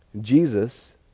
jesus